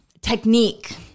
technique